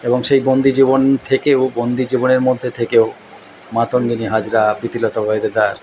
এবং সেই বন্দি জীবন থেকেও বন্দি জীবনের মধ্যে থেকেও মাতঙ্গিনী হাজরা প্রীতিলতা ওয়াদ্দেদার